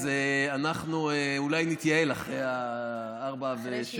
אז אנחנו אולי נתייעל אחרי 4 ו-16,